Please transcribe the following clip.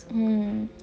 mm